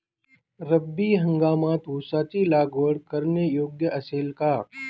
रब्बी हंगामात ऊसाची लागवड करणे योग्य असेल का?